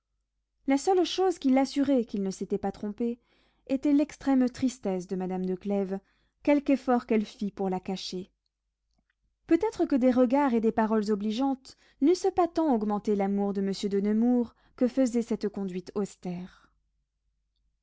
la seule chose qui l'assurait qu'il ne s'était pas trompé était l'extrême tristesse de madame de clèves quelque effort qu'elle fît pour la cacher peut-être que des regards et des paroles obligeantes n'eussent pas tant augmenté l'amour de monsieur de nemours que faisait cette conduite austère